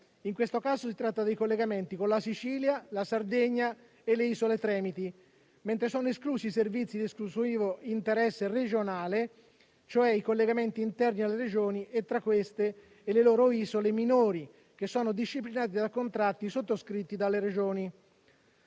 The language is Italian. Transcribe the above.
In questo caso si tratta dei collegamenti con la Sicilia, la Sardegna e le isole Tremiti, mentre sono esclusi i servizi di esclusivo interesse regionale, cioè i collegamenti interni alle Regioni e tra queste e le loro isole minori, che sono disciplinati dai contratti sottoscritti dalle Regioni.